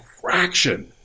fraction